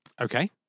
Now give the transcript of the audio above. Okay